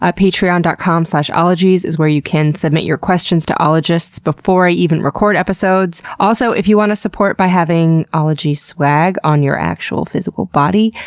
ah patreon dot com slash ologies is where you can submit your questions to ologists before i even record episodes. also, if you want to support by having ologies swag on your actual, physical body,